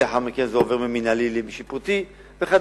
ולאחר מכן זה עובר ממינהלי לשיפוטי וכדומה.